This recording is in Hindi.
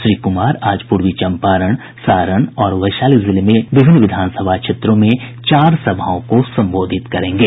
श्री कुमार आज पूर्वी चम्पारण सारण और वैशाली जिले के विभिन्न विधानसभा क्षेत्रों में चार सभाओं को संबोधित करेंगे